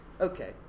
Okay